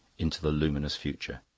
into the luminous future.